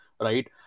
Right